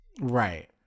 Right